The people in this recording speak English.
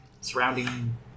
surrounding